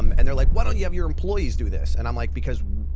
um and they're like, why don't you have your employees do this? and i'm like, because.